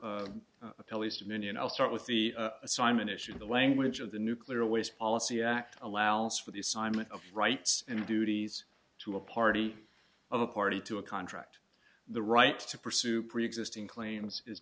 and i'll start with the simon issue of the language of the nuclear waste policy act allows for the assignment of rights and duties to a party of a party to a contract the right to pursue preexisting claims is